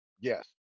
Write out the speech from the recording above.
Yes